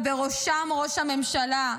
ובראשם ראש הממשלה,